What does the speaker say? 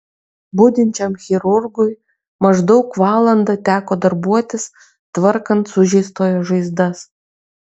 budinčiam chirurgui maždaug valandą teko darbuotis tvarkant sužeistojo žaizdas